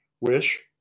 Wish